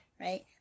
right